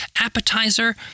appetizer